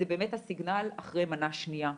זה באמת הסיגנל אחרי מנה שנייה.